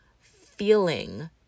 feeling